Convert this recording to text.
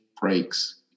breaks